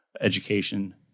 education